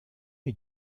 est